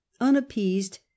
unappeased